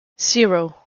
zero